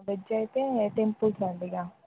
veg అయితే temples అండి ఇక